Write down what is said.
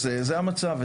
אז זה המצב.